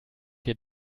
wir